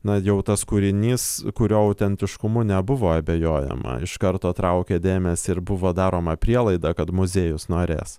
na jau tas kūrinys kurio autentiškumu nebuvo abejojama iš karto traukė dėmesį ir buvo daroma prielaida kad muziejus norės